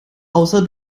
außer